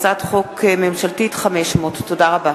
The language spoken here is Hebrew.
הצעת חוק ממשלתית 500. תודה רבה.